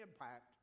impact